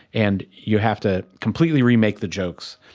and you have to completely remake the jokes,